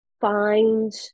find